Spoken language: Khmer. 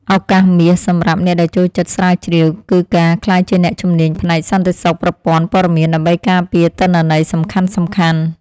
ឱកាសមាសសម្រាប់អ្នកដែលចូលចិត្តស្រាវជ្រាវ គឺការក្លាយជាអ្នកជំនាញផ្នែកសន្តិសុខប្រព័ន្ធព័ត៌មានដើម្បីការពារទិន្នន័យសំខាន់ៗ។